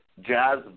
Jazz